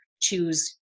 choose